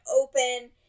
open